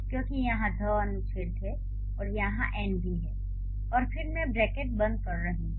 क्योंकि यहाँ "ध" अनुच्छेद है और यहाँ N भी है और फिर मैं ब्रैकेट बंद कर रही हूँ